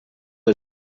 que